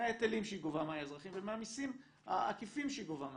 מההיטלים שהיא גובה מהאזרחים ומהמסים העקיפים שהיא גובה מהאזרחים.